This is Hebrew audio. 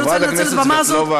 חברת הכנסת סבטלובה,